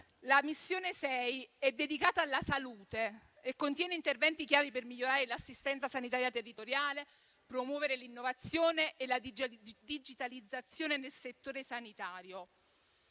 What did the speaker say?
la Missione 6 è dedicata alla salute e contiene interventi chiari per migliorare l'assistenza sanitaria territoriale, promuovere l'innovazione e la digitalizzazione nel settore sanitario.